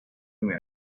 primero